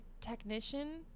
technician